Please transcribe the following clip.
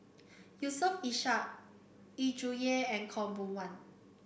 Yusof Ishak Yu Zhuye and Khaw Boon Wan